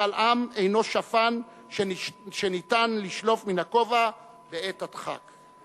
משאל עם אינו שפן שניתן לשלוף מן הכובע בעת הדחק.